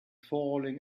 falling